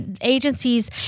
Agencies